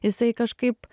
jisai kažkaip